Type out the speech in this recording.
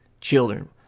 children